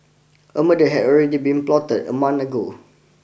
a murder had already been plotted a month ago